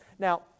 Now